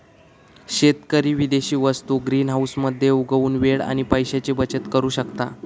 शेतकरी विदेशी वस्तु ग्रीनहाऊस मध्ये उगवुन वेळ आणि पैशाची बचत करु शकता